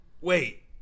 Wait